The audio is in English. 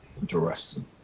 Interesting